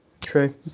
True